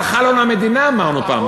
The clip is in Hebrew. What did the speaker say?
הלכה לנו המדינה אמרנו פעם,